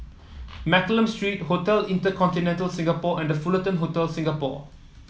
Mccallum Street Hotel InterContinental Singapore and The Fullerton Hotel Singapore